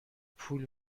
پول